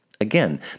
Again